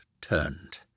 turned